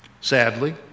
Sadly